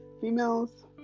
females